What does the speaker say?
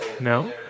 No